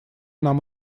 нам